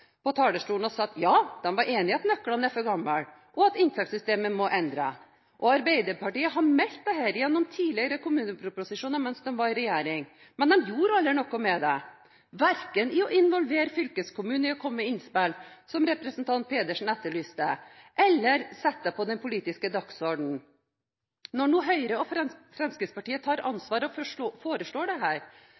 og sa at de var enige i at nøklene var for gamle, og at inntektssystemet må endres. Arbeiderpartiet har meldt dette gjennom tidligere kommuneproposisjoner mens de var i regjering, men de gjorde aldri noe med det – verken med å involvere fylkeskommunene til å komme med innspill, som representanten Pedersen etterlyste, eller å sette det på den politiske dagsordenen. Når nå Høyre og Fremskrittspartiet tar ansvar og